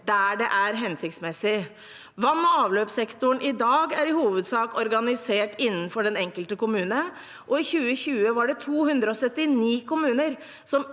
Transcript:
der det er hensiktsmessig. Vann- og avløpssektoren er i dag i hovedsak organisert innenfor den enkelte kommune, og i 2020 var det 279 kommuner som